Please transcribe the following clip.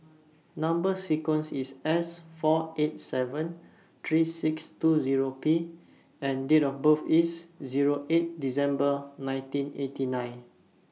Number sequence IS S four eight seven three six two Zero P and Date of birth IS Zero eight December nineteen eighty nine